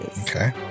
Okay